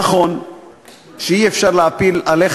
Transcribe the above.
נכון שאי-אפשר להפיל עליך,